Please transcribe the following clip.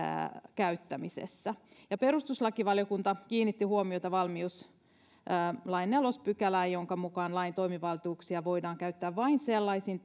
käyttämisessä perustuslakivaliokunta kiinnitti huomiota valmiuslain neljänteen pykälään jonka mukaan lain toimivaltuuksia voidaan käyttää vain sellaisin